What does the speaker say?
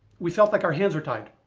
we felt like our hands were tied.